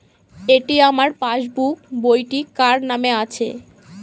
এটি আমার পাসবুক বইটি কার নামে আছে?